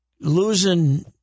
losing –